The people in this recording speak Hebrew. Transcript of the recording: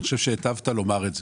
אני חושב שהטבת לומר את זה.